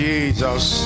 Jesus